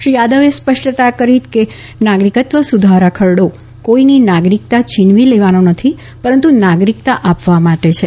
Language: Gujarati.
શ્રી યાદવે સ્પષ્ટતા કરી કે નાગરિકત્વ સુધારા ખરડી કોઇની નાગરિકતા છીનવી લેવા નથી પરંતુ નાગરિકતા આપવા માટે છે